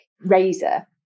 razor